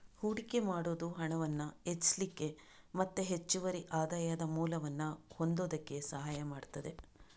ಹೂಡಿಕೆ ಮಾಡುದು ಹಣವನ್ನ ಹೆಚ್ಚಿಸ್ಲಿಕ್ಕೆ ಮತ್ತೆ ಹೆಚ್ಚುವರಿ ಆದಾಯದ ಮೂಲವನ್ನ ಹೊಂದುದಕ್ಕೆ ಸಹಾಯ ಮಾಡ್ತದೆ